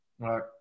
Right